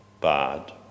Bad